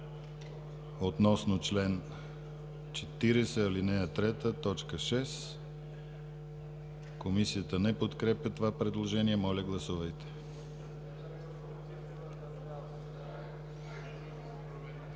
относно чл. 40, ал. 3, т. 6. Комисията не подкрепя това предложение. Моля, гласувайте.